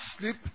sleep